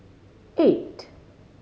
eight